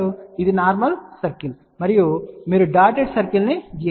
ఇది normal circle మరియు మీరు డాటెడ్ సర్కిల్ ను గీయండి